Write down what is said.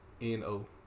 No